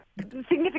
significant